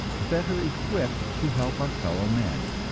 better equipped to help our fellow men.